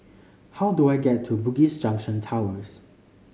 how do I get to Bugis Junction Towers